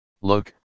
Look